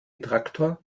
traktor